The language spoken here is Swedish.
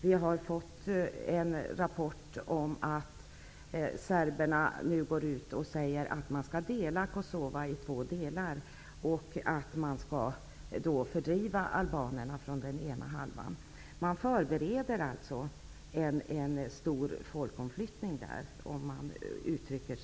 Vi har fått en rapport om att serberna nu säger att Kosova skall delas i två delar och att albanerna skall fördrivas från den ena halvan. Man förbereder alltså en stor folkomflyttning, milt uttryckt.